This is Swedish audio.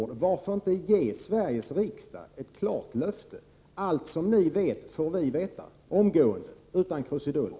25 Varför inte ge Sveriges riksdag ett klart löfte: Allt som ni vet skall också vi få veta omgående, utan krusiduller!